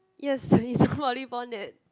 yes it's a volleyball net